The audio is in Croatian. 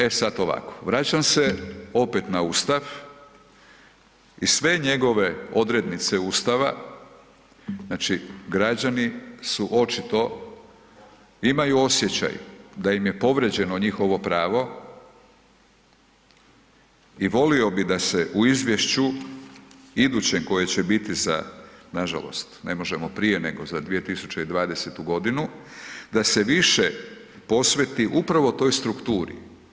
E sad ovako, vraćam se opet na Ustav i sve njegove odrednice Ustava, građani su očito, imaju osjećaj da im je povrijeđeno njihovo pravo i volio bi da se u izvješću idućem koje će biti, nažalost ne možemo prije nego za 2020. godinu, da se više posveti upravo toj strukturi.